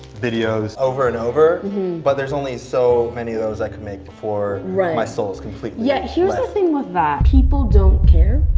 videos over and over but there's only so many of those i could make before my soul is completely yeah here's the thing with that. people don't care.